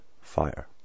Fire